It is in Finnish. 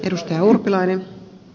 arvoisa puhemies